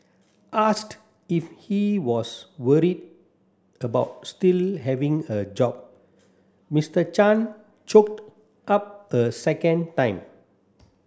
asked if he was worried about still having a job Mister Chan choked up a second time